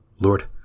Lord